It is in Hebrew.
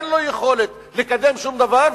אין לו יכולת לקדם שום דבר,